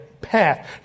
path